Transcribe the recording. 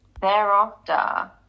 Thereafter